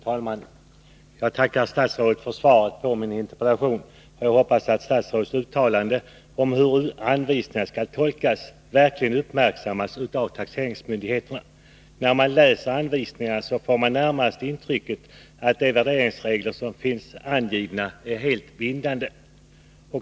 Fru talman! Jag tackar statsrådet för svaret på min interpellation. Jag hoppas att statsrådets uttalande om hur anvisningarna skall tolkas verkligen uppmärksammas av taxeringsmyndigheterna. När man läser anvisningarna får man närmast intrycket att de värderingsregler som finns angivna är helt bindande.